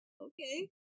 Okay